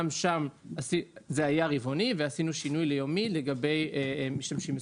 גם שם זה היה רבעוני ועשינו שינוי ליומי לגבי משתמשים מסוימים.